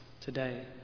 today